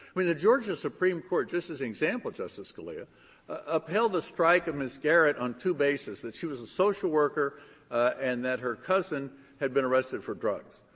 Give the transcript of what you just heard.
i mean, the georgia supreme court just as an example, justice scalia upheld the strike on ms. garrett on two bases that she was a social worker and that her cousin had been arrested for drugs.